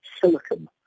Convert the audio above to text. silicon